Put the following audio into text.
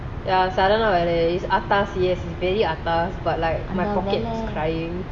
ya lah it's atas yes it's very atas but like my pockets is crying